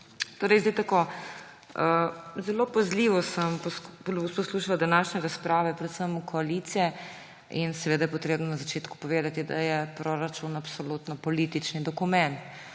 Zelo pazljivo sem poslušala današnje razprave, predvsem koalicije, in seveda je potrebno na začetku povedati, da je proračun absolutno politični dokument,